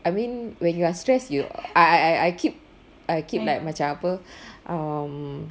I mean when you are stressed you I I keep I keep like macam apa um